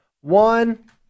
one